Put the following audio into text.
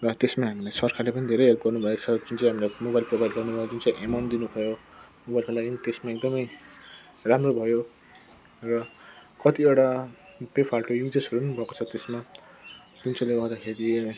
र त्यसमा हामीलाई सरखारले पनि धेरै हेल्प गर्नुभएको छ जुन चाहिँ हामीलाई मोबाइलको लकडाउनमा जुन चाहिँ एमाउन्ट दिनुभयो मोबाइलको लागि नि त्यसमा एकदमै राम्रो भयो र कतिवटा बेफाल्टु युजेसहरू नि भएको छ त्यसमा जुन चाहिँले गर्दाखेरि